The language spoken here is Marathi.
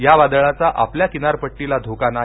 या वादळाचा आपल्या किनारपट्टीला धोका नाही